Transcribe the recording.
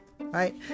right